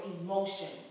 emotions